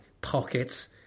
pockets